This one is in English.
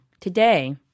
Today